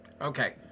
Okay